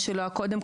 מה שלא היה קודם.